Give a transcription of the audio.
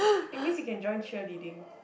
it means you can join cheer leading